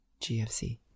GFC